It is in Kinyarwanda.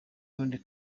ubundi